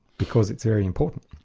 because it's very important.